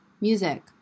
music